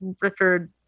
Richard